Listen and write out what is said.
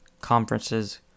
conferences